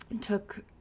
took